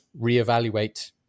reevaluate